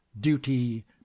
duty